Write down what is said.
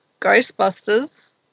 Ghostbusters